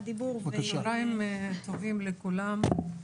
צוהריים טובים לכולם.